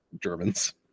Germans